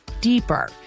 deeper